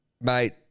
Mate